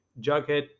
Jughead